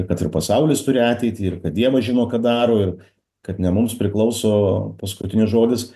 kad ir pasaulis turi ateitį ir kad dievas žino ką daro ir kad ne mums priklauso paskutinis žodis